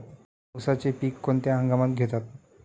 उसाचे पीक कोणत्या हंगामात घेतात?